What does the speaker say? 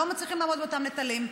הם לא מצליחים לעמוד באותם נטלים.